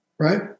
Right